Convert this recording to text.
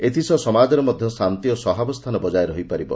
ଏଥିସହ ସମାଜରେ ମଧ ଶାନ୍ତି ଓ ସହାବସ୍ଛାନ ବଜାୟ ରହିପାରିବ